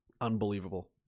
Unbelievable